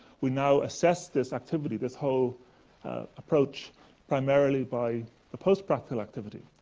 we now assess this activity this whole approach primarily by the post-practical activity.